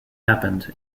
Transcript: happened